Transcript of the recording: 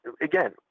again